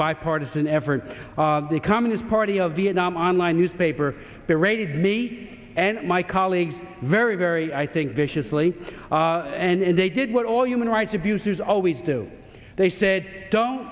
bipartisan effort the communist party of vietnam online newspaper there raised me and my colleagues very very i think viciously and they did what all human rights abusers always do they said don't